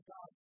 God